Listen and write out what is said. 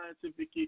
scientific